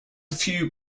few